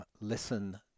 listen